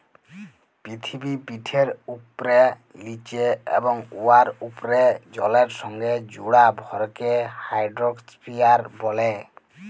পিথিবীপিঠের উপ্রে, লিচে এবং উয়ার উপ্রে জলের সংগে জুড়া ভরকে হাইড্রইস্ফিয়ার ব্যলে